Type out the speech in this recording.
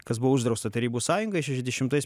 kas buvo uždrausta tarybų sąjungoj šešiasdešimtais